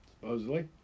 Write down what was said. Supposedly